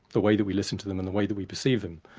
the way that we listen to them and the way that we perceive them,